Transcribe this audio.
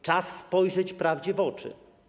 Czas spojrzeć prawdzie w oczy.